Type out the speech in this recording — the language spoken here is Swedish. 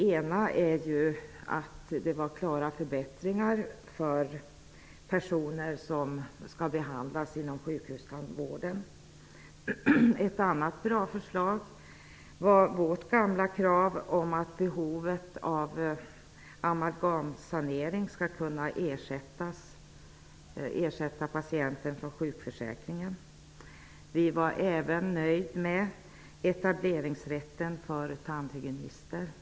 En sak som var bra var att det innebar klara förbättringar för personer som skall behandlas inom sjukhustandvården. Ett annat bra förslag var vårt gamla krav om att patienten skall kunna få ersättning från sjukförsäkringen vid behov av amalgamsanering. Vi var också nöjda med etableringsrätten för tandhygienister.